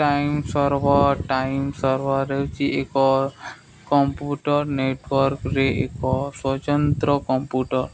time server time server ହେଉଛି ଏକ computer ନେଟୱାର୍କରେ ଏକ ସ୍ୱତନ୍ତ୍ର କମ୍ପ୍ୟୁଟର